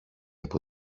από